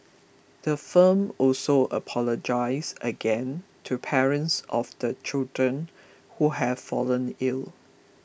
the firm also apologised again to parents of the children who have fallen ill